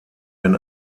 wenn